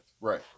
right